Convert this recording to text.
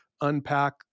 unpack